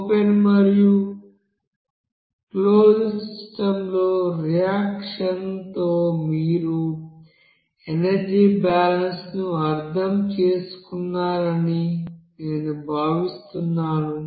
open మరియు closed సిస్టమ్స్లో ఈ రియాక్షన్ తో మీరుఎనర్జీ బాలన్స్ ను అర్థం చేసుకున్నారని నేను భావిస్తున్నాను